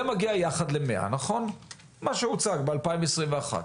זה מגיע יחד ל-100, מה שהוצג, ב-2021.